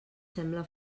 sembla